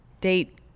date